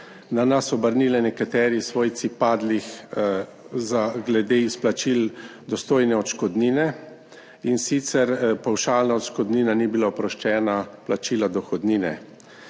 na nas obrnili nekateri svojci padlih glede izplačil dostojne odškodnine, in sicer pavšalna odškodnina ni bila oproščena plačila dohodnine.